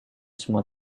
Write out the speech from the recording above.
semua